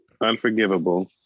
Unforgivable